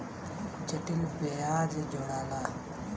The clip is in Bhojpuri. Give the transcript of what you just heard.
जटिल बियाज जोड़ाला